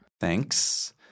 Thanks